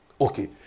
Okay